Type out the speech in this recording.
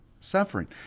suffering